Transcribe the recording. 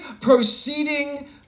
proceeding